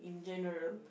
in general